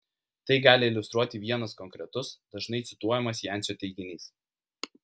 tai gali iliustruoti vienas konkretus dažnai cituojamas jancio teiginys